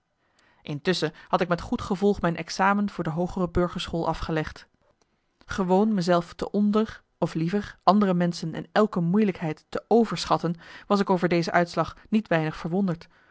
intusschen had ik met goed gevolg mijn examen voor de hoogere burgerschool afgelegd marcellus emants een nagelaten bekentenis gewoon me zelf te onder of liever andere menschen en elke moeilijkheid te overschatten was ik over deze uitslag niet weinig verwonderd